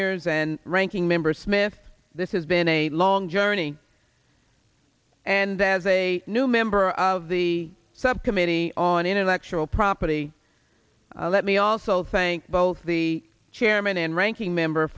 conyers and ranking member smith this has been a long journey and as a new member of the subcommittee on intellectual property let me also thank both the chairman and ranking member